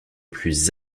plus